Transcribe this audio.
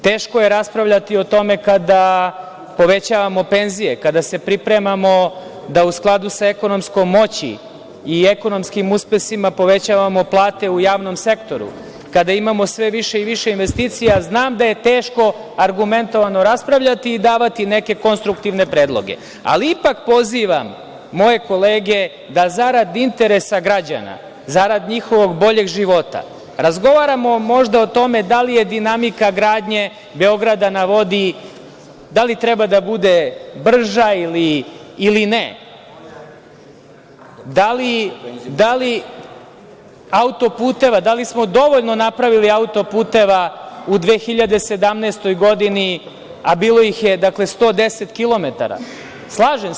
Teško je raspravljati o tome kada povećavamo penzije, kada se pripremamo da, u skladu sa ekonomskom moći i ekonomskim uspesima, povećavamo plate u javnom sektoru, kada imamo sve više i više investicija znam da je teško argumentovano raspravljati i davati neke konstruktivne predloge, ali ipak pozivam moje kolege da zarad interesa građana, zarad njihovog boljeg života razgovaramo možda o tome da li dinamika gradnje Beograda na vodi treba da bude brža ili ne, da li smo dovoljno napravili autoputeva u 2017. godini, a bilo ih je 110 kilometara.